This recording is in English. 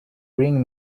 bring